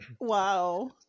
wow